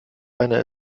einer